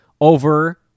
over